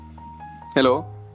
Hello